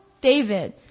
David